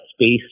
space